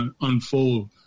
unfold